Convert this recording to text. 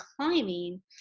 climbing